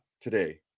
today